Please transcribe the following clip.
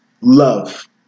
love